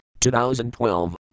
2012